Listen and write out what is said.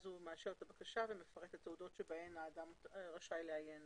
אז הוא מאשר את הבקשה ומפרט את תעודות בהן האדם רשאי לעיין